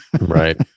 Right